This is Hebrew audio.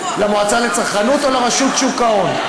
למועצה לצרכנות או לרשות שוק ההון?